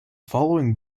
following